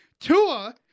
Tua